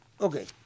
Okay